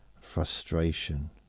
frustration